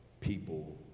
people